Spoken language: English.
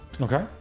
okay